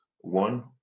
One